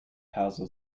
perso